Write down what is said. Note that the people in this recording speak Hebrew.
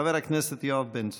חבר הכנסת יואב בן צור.